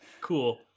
Cool